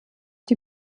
die